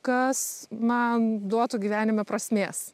kas man duotų gyvenime prasmės